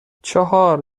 چهار